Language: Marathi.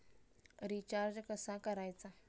रिचार्ज कसा करायचा?